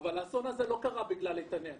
האסון הזה לא קרה בגלל איתני הטבע.